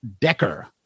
Decker